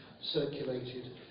circulated